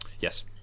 Yes